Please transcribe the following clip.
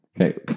Okay